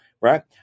right